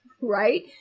right